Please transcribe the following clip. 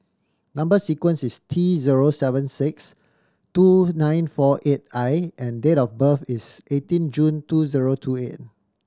number sequence is T zero seven six two nine four eight I and date of birth is eighteen June two zero two eight